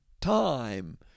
time